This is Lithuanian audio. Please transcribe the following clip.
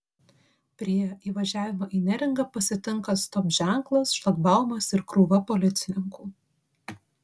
prie įvažiavimo į neringą pasitinka stop ženklas šlagbaumas ir krūva policininkų